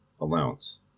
allowance